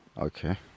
Okay